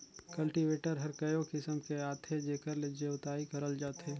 cultivator हर कयो किसम के आथे जेकर ले जोतई करल जाथे